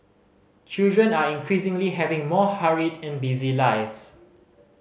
children are increasingly having more hurried and busy lives